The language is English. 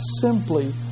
simply